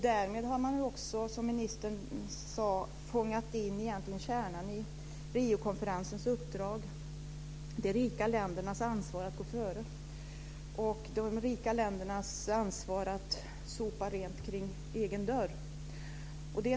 Därmed har man också, som ministern sade, fångat in kärnan i Riokonferensens uppdrag, nämligen de rika ländernas ansvar för att gå före och sopa rent för egen dörr.